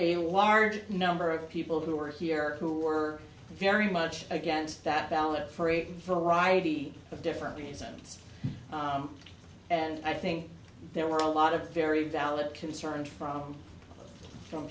a large number of people who were here who were very much against that ballot for a variety of different the sense and i think there were a lot of very valid concern from from